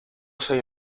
soy